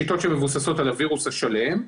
השיטות שמבוססות על הווירוס השלם,